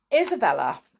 Isabella